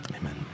Amen